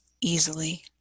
easily